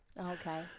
Okay